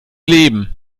leben